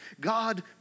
God